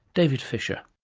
david fisher.